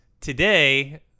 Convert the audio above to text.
today